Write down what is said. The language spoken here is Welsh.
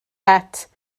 het